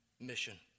mission